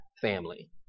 family